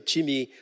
Jimmy